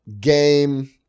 game